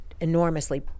enormously